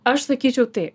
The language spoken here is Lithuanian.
aš sakyčiau taip